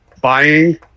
buying